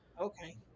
okay